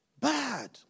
bad